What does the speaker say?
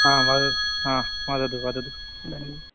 हा वदतु हा वदतु वदतु इदानीं